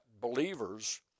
believers